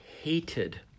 hated